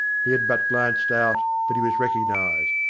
he had but glanced out, but he was recognised.